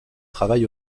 travaille